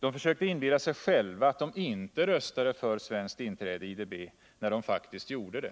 De försökte inbilla sig själva att de inte röstade för svenskt inträde i IDB när de faktiskt gjorde det.